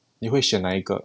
你会选哪一个